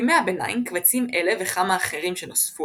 בימי הביניים קבצים אלה וכמה אחרים שנוספו